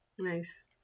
nice